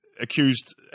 accused